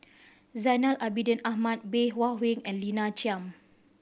Zainal Abidin Ahmad Bey Hua Heng and Lina Chiam